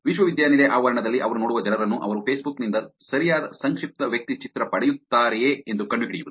ವಿಶ್ವವಿದ್ಯಾನಿಲಯ ಆವರಣದಲ್ಲಿ ಅವರು ನೋಡುವ ಜನರನ್ನು ಅವರು ಫೇಸ್ಬುಕ್ ನಿಂದ ಸರಿಯಾದ ಸಂಕ್ಷಿಪ್ತ ವ್ಯಕ್ತಿಚಿತ್ರ ಪಡೆಯುತ್ತಾರೆಯೇ ಎಂದು ಕಂಡುಹಿಡಿಯುವುದು